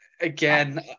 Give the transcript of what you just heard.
Again